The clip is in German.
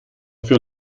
für